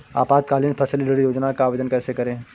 अल्पकालीन फसली ऋण योजना का आवेदन कैसे करें?